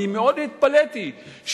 התפלאתי מאוד,